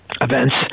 events